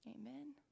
Amen